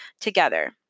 together